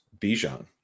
Bijan